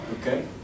Okay